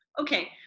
Okay